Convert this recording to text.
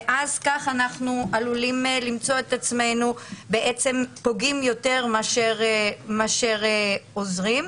ואז כך אנחנו עלולים למצוא את עצמנו פוגעים יותר מאשר עוזרים.